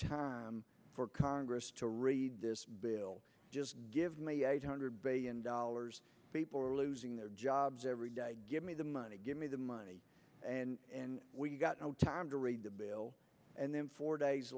time for congress to read this bill just give me eight hundred billion dollars people are losing their jobs every day give me the money give me the money and we've got no time to raise bill and then four days